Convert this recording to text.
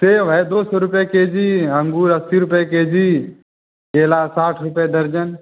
सेब है दो सौ रुपये के जी अंगूर अस्सी रुपये के जी केला साठ रुपये दर्जन